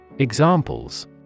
Examples